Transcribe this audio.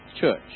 Church